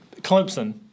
Clemson